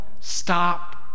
stop